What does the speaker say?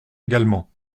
également